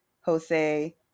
Jose